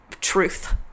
truth